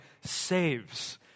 saves